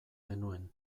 genuen